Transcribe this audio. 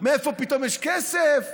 מאיפה פתאום יש כסף?